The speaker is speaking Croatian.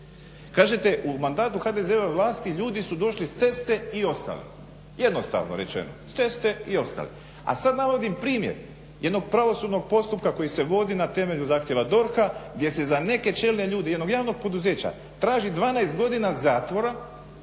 Kažete u mandatu HDZ-ove vlasti ljudi su došli s ceste i ostali. Jednostavno rečeno s ceste i ostali. A sad navodim primjer jednog pravosudnog postupka koji se vodi na temelju zahtjeva DORH-a gdje se za neke čelne ljude, jednog javnog poduzeća traži 12 godina zatvora